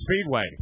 Speedway